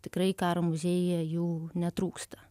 tikrai karo muziejuje jų netrūksta